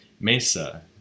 Mesa